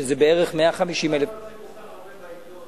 שזה בערך 150,000, קראנו על זה כל כך הרבה בעיתון.